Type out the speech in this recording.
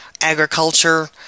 agriculture